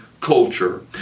culture